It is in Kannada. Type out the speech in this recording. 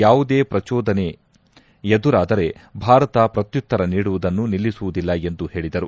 ಯಾವುದೇ ಪ್ರಚೋದನೆ ಏದುರಾದರೆ ಭಾರತ ಪ್ರತ್ಯುತ್ತರ ನೀಡುವುದನ್ನು ನಿಲ್ಲಿಸುವುದಿಲ್ಲ ಎಂದು ಹೇಳಿದರು